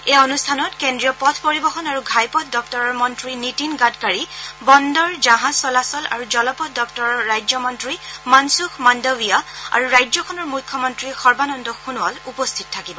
এই অনূষ্ঠানত কেন্দ্ৰীয় পথ পৰিবহন আৰু ঘাইপথ দপ্তৰৰ মন্ত্ৰী নীতিন গাডকাৰী বন্দৰ জাহাজ চলাচল আৰু জলপথ দপুৰৰ ৰাজ্যমন্ত্ৰী মনসুখ মন্দৱিয়া আৰু ৰাজ্যখনৰ মুখ্যমন্ত্ৰী সৰ্বানন্দ সোণোৱাল উপস্থিত থাকিব